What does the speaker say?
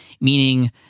Meaning